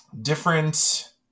different